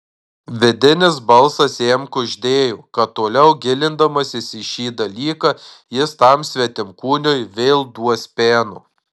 vidinis balsas jam kuždėjo kad toliau gilindamasis į šį dalyką jis tam svetimkūniui vėl duos peno